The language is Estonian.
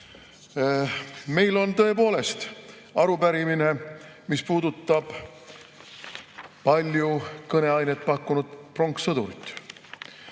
Meil on tõepoolest arupärimine, mis puudutab palju kõneainet pakkunud pronkssõdurit.